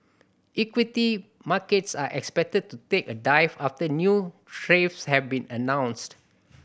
equity markets are expected to take a dive after new tariffs have been announced